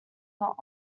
not